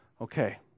Okay